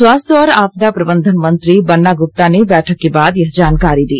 स्वास्थ्य और आपदा प्रबंधन मंत्री बन्ना गृप्ता ने बैठक के बाद यह जानकारी दी